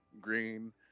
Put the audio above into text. Green